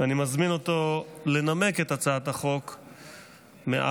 ותעבור לוועדת החוקה,